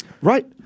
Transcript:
Right